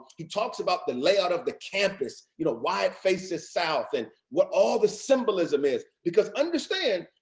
he talks about the layout of the campus, you know why it faces south and what all the symbolism is. because understand,